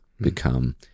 become